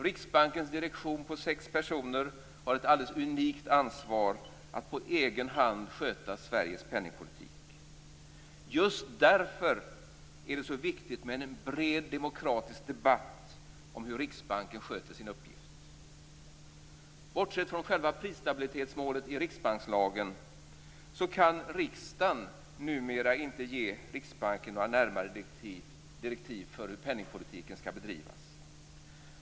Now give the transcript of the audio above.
Riksbankens direktion på sex personer har ett alldeles unikt ansvar att på egen hand sköta Sveriges penningpolitik. Just därför är det så viktigt med en bred demokratisk debatt om hur Riksbanken sköter sin uppgift. Bortsett från själva prisstabilitetsmålet i riksbankslagen kan riksdagen numer inte ge Riksbanken några närmare direktiv för hur penningpolitiken skall bedrivas.